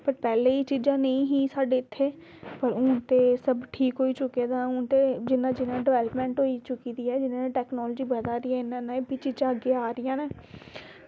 ओह् पैह्लें एह् चीज़ां नेईं हियां साढ़े इत्थें हून ते सब ठीक होई चुके दा हून ते इन्नी डेवेल्पमेंट होई चुकी दी ऐ जि'यां टेक्नोलॉज़ी बधा दी ऐ चीज़ां अग्गें आवा दियां